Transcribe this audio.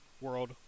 World